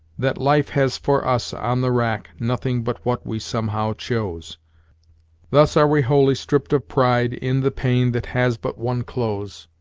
that life has for us on the wrack nothing but what we somehow chose thus are we wholly stripped of pride in the pain that has but one close,